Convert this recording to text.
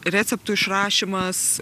receptų išrašymas